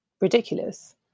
ridiculous